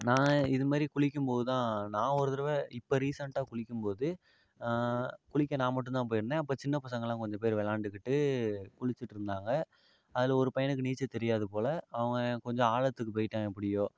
நான் இதுமாதிரி குளிக்கும் போதுதான் நான் ஒரு தடவை இப்போ ரீசெண்ட்டாக குளிக்கும் போது குளிக்க நான் மட்டும் தான் போயிருந்தேன் அப்போ சின்ன பசங்களாம் கொஞ்சம் பேர் விளாண்டுக்கிட்டு குளிச்சிவிட்டு இருந்தாங்க அதில் ஒரு பையனுக்கு நீச்சல் தெரியாது போல் அவன் கொஞ்சம் ஆழத்துக்கு போயிவிட்டான் எப்படியோ